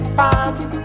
party